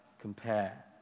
compare